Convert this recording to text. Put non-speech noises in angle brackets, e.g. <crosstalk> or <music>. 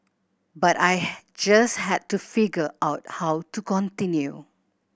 but I <unintelligible> just had to figure out how to continue